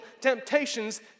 temptations